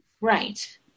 Right